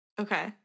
Okay